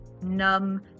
numb